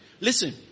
Listen